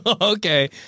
Okay